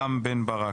רם בן ברק.